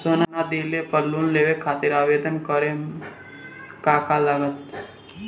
सोना दिहले पर लोन लेवे खातिर आवेदन करे म का का लगा तऽ?